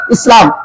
Islam